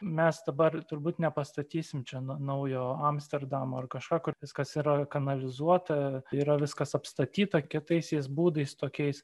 mes dabar turbūt nepastatysie šio naujo amsterdamo ar kažką kur viskas yra kanalizuota yra viskas apstatyta kietaisiais būdais tokiais